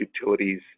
utilities